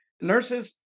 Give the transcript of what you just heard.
nurses